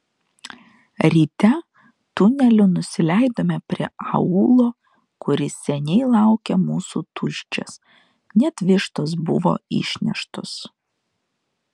ryte tuneliu nusileidome prie aūlo kuris seniai laukė mūsų tuščias net vištos buvo išneštos